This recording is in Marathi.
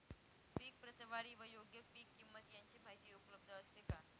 पीक प्रतवारी व योग्य पीक किंमत यांची माहिती उपलब्ध असते का?